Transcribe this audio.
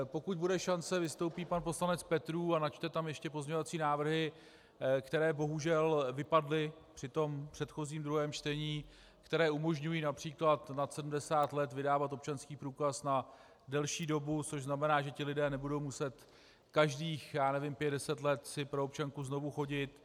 Pokud bude šance, vystoupí pan poslanec Petrů a načte tam ještě pozměňovací návrhy, které bohužel vypadly při předchozím druhém čtení, které umožňují například nad 70 let vydávat občanský průkaz na delší dobu, což znamená, že ti lidé nebudou muset každých pět deset let si pro občanku znovu chodit.